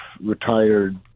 retired